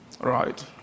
Right